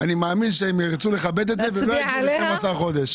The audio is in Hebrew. אני מאמין שהם ירצו לכבד את זה ולא יגידו 12 חודשים.